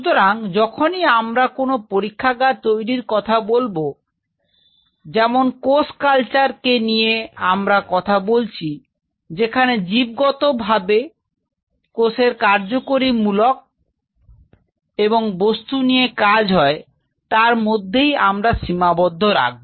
সুতরাং যখনই আমরা কোন পরীক্ষাগার তৈরীর কথা বলব যেমন কোষ কালচারের জানিয়ে আমরা কথা বলছি যেখানে জীবগত ভাবে কার্যকরী মূলক এবং বস্তু নিয়ে কাজ হয় তার মধ্যেই আমরা সীমাবদ্ধ রাখবো